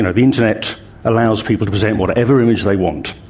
and the internet allows people to present whatever image they want,